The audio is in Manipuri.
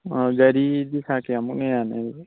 ꯑꯣ ꯒꯥꯔꯤꯗꯤ ꯁꯥꯔ ꯀꯌꯥꯃꯨꯛꯅ ꯌꯥꯅꯤ ꯑꯗꯨꯗꯤ